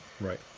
Right